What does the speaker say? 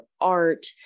art